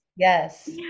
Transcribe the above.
Yes